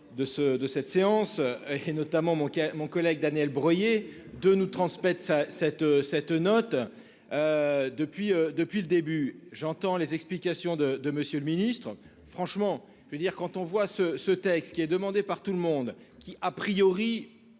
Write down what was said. de cette séance et notamment manquait mon collègue Daniel Breuiller de nous transmettre ça cette cette note. Depuis, depuis le début j'entends les explications de de Monsieur le Ministre. Franchement, je veux dire quand on voit ce ce texte qui est demandé par tout le monde qui a priori